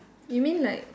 you mean like